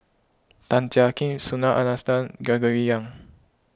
Tan Jiak Kim Subhas Anandan Gregory Yong